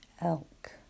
elk